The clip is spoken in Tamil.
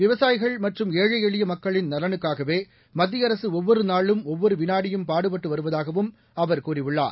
விவசாயிகள் மற்றும் ஏழை எளிய மக்களின் நலனுக்காகவே மத்திய அரசு ஒவ்வொரு நாளும் ஒவ்வொரு வினாடியும் பாடுபட்டு வருவதாகவும் அவர் கூறியுள்ளார்